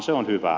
se on hyvää